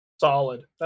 Solid